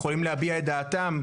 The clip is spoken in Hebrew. יכולים להביע את דעתם,